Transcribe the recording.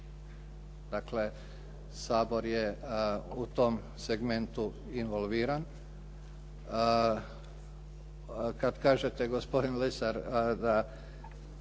Dakle, Sabor je u tom segmentu involviran. Kada kažete gospodine Lesar da